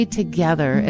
together